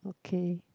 okay